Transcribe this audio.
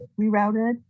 rerouted